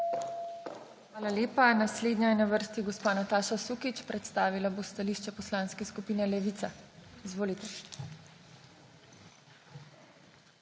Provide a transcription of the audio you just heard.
Hvala lepa. Naslednja je na vrsti gospa Nataša Sukič. Predstavila bo stališče Poslanske skupine Levica. Izvolite.